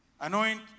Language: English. Anoint